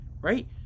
right